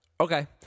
Okay